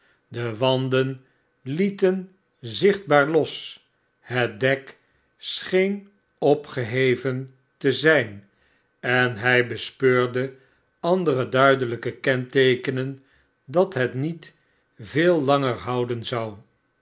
de wanden lieten zichtbaar los het dek scheen opgeheven te zjjn en h bespeurde andere duidelj ke kenteekenen dat het niet veel langer houden zou